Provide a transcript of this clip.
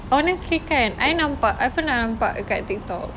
honestly kan I nampak pernah nampak dekat TikTok